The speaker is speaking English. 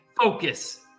Focus